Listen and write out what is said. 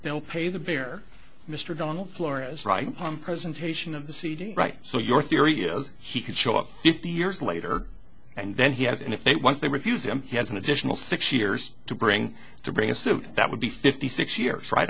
they'll pay the beer mr donald flores right on presentation of the cd right so your theory is he can show up fifty years later and then he has and if they once they refuse him he has an additional six years to bring to bring a suit that would be fifty six years right